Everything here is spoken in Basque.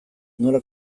nola